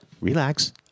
relax